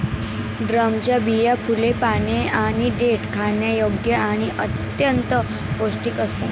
ड्रमच्या बिया, फुले, पाने आणि देठ खाण्यायोग्य आणि अत्यंत पौष्टिक असतात